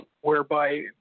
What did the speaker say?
whereby